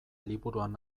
liburuan